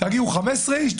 תגיעו 15 איש?